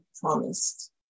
promised